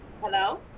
Hello